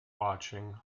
watching